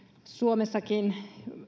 suomessakin